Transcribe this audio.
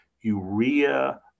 urea